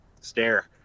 stare